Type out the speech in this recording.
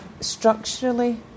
structurally